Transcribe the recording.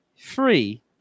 three